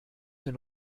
den